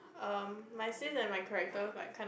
um my sis and my character like kind of